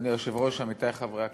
אדוני היושב-ראש, עמיתי חברי הכנסת,